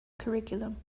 curriculum